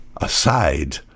aside